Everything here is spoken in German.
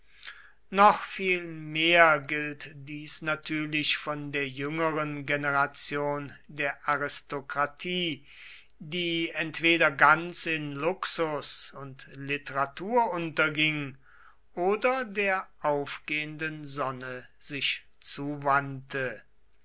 noch viel mehr gilt dies natürlich von der jüngeren generation der aristokratie die entweder ganz in luxus und literatur unterging oder der aufgehenden sonne sich